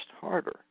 harder